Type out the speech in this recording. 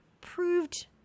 proved